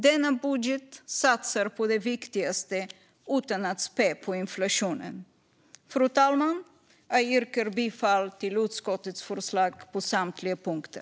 Denna budget satsar på det viktigaste utan att spä på inflationen. Fru talman! Jag yrkar bifall till utskottets förslag under samtliga punkter.